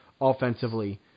offensively